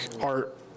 art